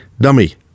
dummy